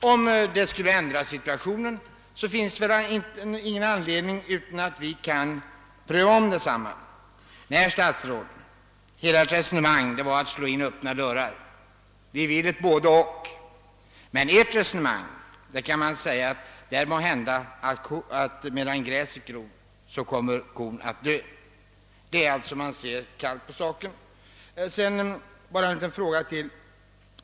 Om situationen härvidlag skulle ändras, kan vi naturligtvis ompröva vår politik. Nej, herr statsråd, i hela Ert resonemang slog Ni in öppna dörrar. Vi vill ha ett både-och, men om vi följer Er, så kan det hända att kon dör medan gräset gror. Så är det, om man ser kallt på saken. Bara ytterligare en sak till, statsrådet!